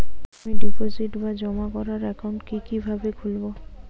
আমি ডিপোজিট বা জমা করার একাউন্ট কি কিভাবে খুলবো?